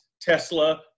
Tesla